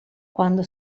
quando